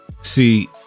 see